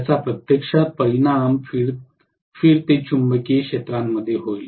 याचा प्रत्यक्षात परिणाम फिरत चुंबकीय क्षेत्रामध्ये होईल